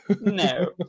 No